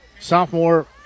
sophomore